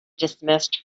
dismissed